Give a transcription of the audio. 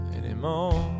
anymore